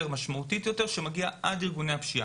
ומשמעותית יותר שמגיעה עד לארגוני השפיעה.